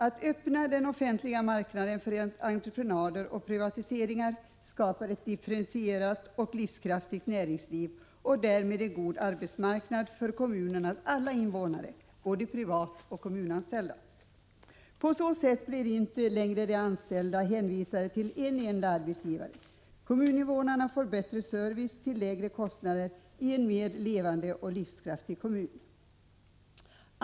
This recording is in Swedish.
Att öppna den offentliga marknaden för entreprenader och privatiseringar skapar ett differentierat och livskraftigt näringsliv och därmed en god arbetsmarknad för kommunernas alla invånare, både privatoch kommunanställda. På så sätt blir de anställda inte längre hänvisade till en enda arbetsgivare. Kommuninvånare får bättre service till lägre kostnader och en mera levande och livskraftig kommun.